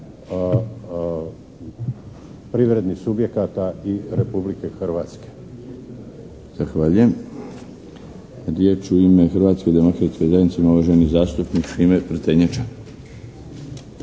privrednih subjekata i Republike Hrvatske.